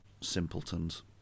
simpletons